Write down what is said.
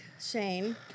Shane